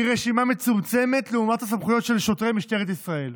רשימה מצומצמת לעומת הסמכויות של שוטרי משטרת ישראל.